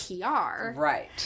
Right